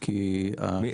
כי העסק